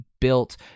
built